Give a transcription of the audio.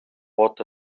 what